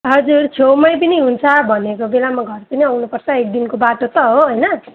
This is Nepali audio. हजुर छेउमै पनि हुन्छ भनेको बेलामा घर पनि आउनुपर्छ एक दिनको बाटो त हो होइन